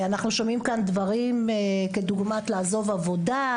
אנחנו שומעים כאן דברים כדוגמת לעזוב עבודה,